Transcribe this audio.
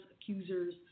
accusers